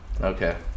Okay